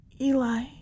Eli